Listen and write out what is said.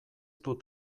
dut